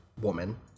woman